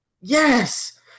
Yes